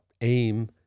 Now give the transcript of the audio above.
aim